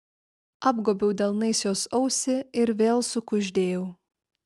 apgobiau delnais jos ausį ir vėl sukuždėjau